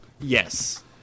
Yes